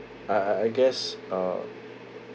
I I I guess uh